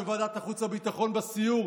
בוועדת החוץ והביטחון בסיור,